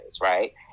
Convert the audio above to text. Right